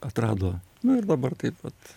atrado nu ir dabar taip vat